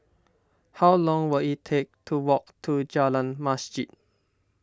how long will it take to walk to Jalan Masjid